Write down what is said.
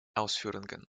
ausführungen